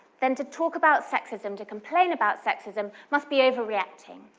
then to talk about sexism, to complain about sexism, must be overreacting.